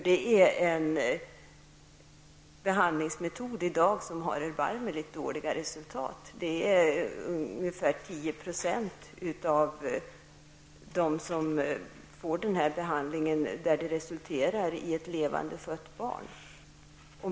Det är en behandlingsmetod som har erbarmligt dåliga resultat. Ungefär 10% av de utförda behandlingarna resulterar i ett levande fött barn.